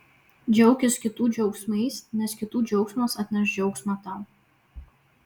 džiaukis kitų džiaugsmais nes kitų džiaugsmas atneš džiaugsmą tau